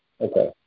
Okay